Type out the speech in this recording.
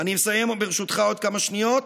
אני מסיים, ברשותך עוד כמה שניות.